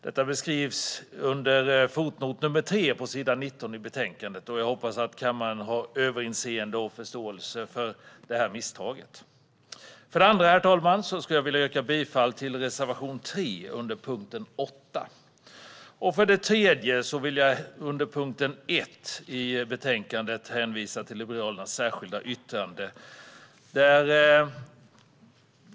Detta beskrivs under fotnot 3 på s. 19 i betänkandet. Jag hoppas på kammarens överseende med och förståelse för detta misstag. För det andra, herr talman, vill jag yrka bifall till reservation 3 under punkten 8. För det tredje vill jag under punkten 1 i betänkandet hänvisa till Liberalernas särskilda yttrande.